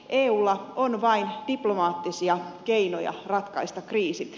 eulla on vain diplomaattisia keinoja ratkaista kriisi